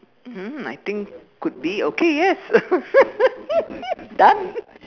mm I think could be okay yes done